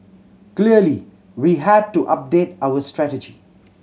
clearly we had to update our strategy